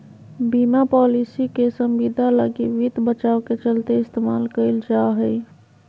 बीमा पालिसी के संविदा लगी वित्त बचाव के चलते इस्तेमाल कईल जा हइ